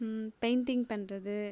painting பண்ணுறது